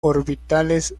orbitales